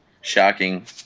shocking